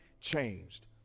changed